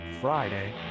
Friday